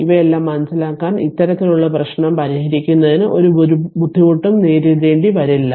ഇവയെല്ലാം മനസിലാക്കിയാൽ ഇത്തരത്തിലുള്ള പ്രശ്നം പരിഹരിക്കുന്നതിന് ഒരു ബുദ്ധിമുട്ടും നേരിടേണ്ടിവരില്ല